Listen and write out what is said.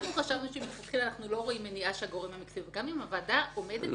אנחנו לא רואים מניעה שהגורם המקצועי יעשה את זה.